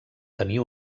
tenir